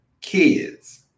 kids